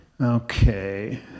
okay